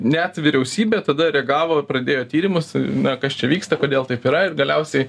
net vyriausybė tada reagavo pradėjo tyrimus na kas čia vyksta kodėl taip yra ir galiausiai